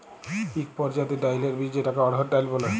ইক পরজাতির ডাইলের বীজ যেটাকে অড়হর ডাল ব্যলে